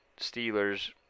Steelers